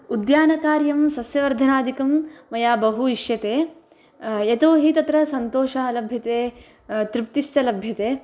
उद्यानकार्यं सस्यवर्धनादिकं मया बहु इष्यते यतो हि तत्र सन्तोषः लभ्यते तृप्तिश्च लभ्यते